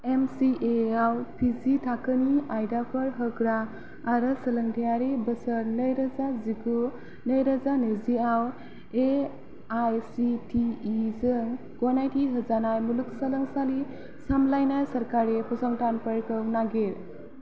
M C A आव P G थाखोनि आयदाफोर होग्रा आरो सोलोंथायारि बोसोर नैरोजा जिगु नैरोजा नैजिआव A I C T E जों गनायथि होजानाय मुलुगसोलोंसालि सामलायनाय सोरखारि फसंथानफोरखौ नागिर